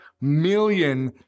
million